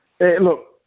Look